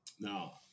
now